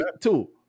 Two